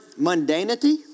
mundanity